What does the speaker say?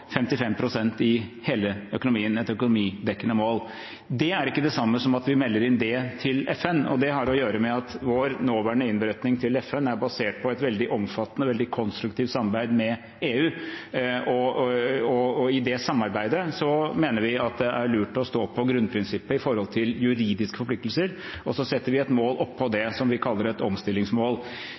i hele økonomien, et økonomidekkende mål. Det er ikke det samme som at vi melder inn det til FN. Det har å gjøre med at vår nåværende innberetning til FN er basert på et veldig omfattende og veldig konstruktivt samarbeid med EU, og i det samarbeidet mener vi at det er lurt å stå på grunnprinsippet med hensyn til juridiske forpliktelser, og så setter vi et mål oppå det som vi kaller et omstillingsmål.